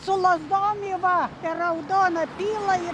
su lazdom i va per raudoną pila i